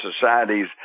societies